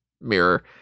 mirror